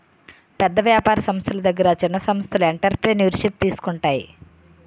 పెద్ద వ్యాపార సంస్థల దగ్గర చిన్న సంస్థలు ఎంటర్ప్రెన్యూర్షిప్ తీసుకుంటాయి